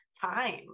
time